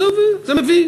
זה מביא.